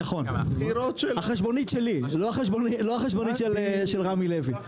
נכון, החשבונית שלי, לא החשבונית של רמי לוי.